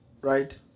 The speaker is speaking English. right